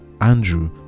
andrew